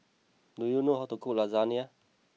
do you know how to cook Lasagna